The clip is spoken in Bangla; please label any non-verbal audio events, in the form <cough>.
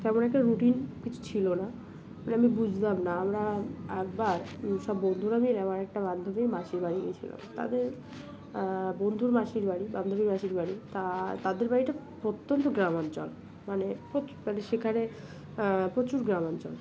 তেমন একটা রুটিন কিছু ছিল না মানে আমি বুঝতাম না আমরা একবার সব বন্ধুরা মিলে আমার একটা বান্ধবীর মাসির বাড়ি গিয়েছিলাম তাদের বন্ধুর মাসির বাড়ি বান্ধবীর মাসির বাড়ি তা তাদের বাড়িটা প্রত্যন্ত গ্রামাঞ্চল মানে <unintelligible> মানে সেখানে প্রচুর গ্রামাঞ্চল